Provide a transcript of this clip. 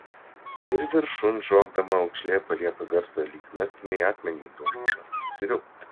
ir viršun šokdama aukšlė palieka garsą lyg mestumei akmenį į dumblą sriubt